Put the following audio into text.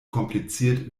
kompliziert